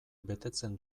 betetzen